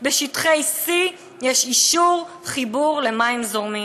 בשטחי C יש אישור חיבור למים זורמים.